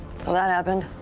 so that happened.